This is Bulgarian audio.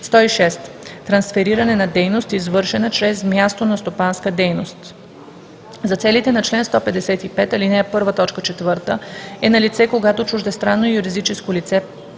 106. „Трансфериране на дейност, извършвана чрез място на стопанска дейност“ за целите на чл. 155, ал. 1, т. 4 е налице, когато чуждестранно юридическо лице